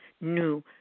New